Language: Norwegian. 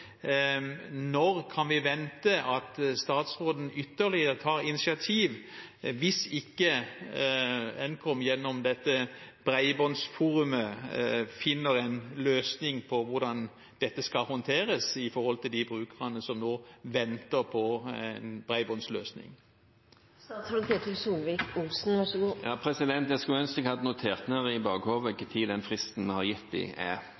Når kan vi vente at statsråden tar ytterligere initiativ hvis ikke NKOM, Nasjonal kommunikasjonsmyndighet, gjennom dette bredbåndsforumet finner en løsning på hvordan dette skal håndteres med tanke på de brukerne som nå venter på en bredbåndsløsning? Jeg skulle ønske at jeg hadde notert ned i bakhodet når den fristen vi har gitt dem, er.